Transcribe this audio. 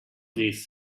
these